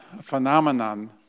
phenomenon